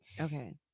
Okay